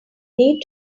need